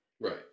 Right